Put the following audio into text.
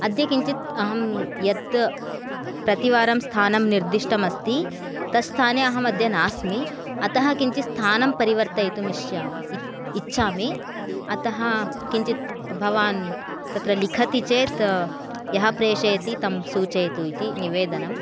अद्य किञ्चित् अहं यत् प्रतिवारं स्थानं निर्दिष्टम् अस्ति तत् स्थाने अहम् अद्य नास्मि अतः किञ्चित् स्थानं परिवर्तयितुं इष्या इच्छामि अतः किञ्चित् भवान् तत्र लिखति चेत् यः प्रेषयति तं सूचयतु इति निवेदनं